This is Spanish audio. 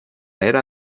era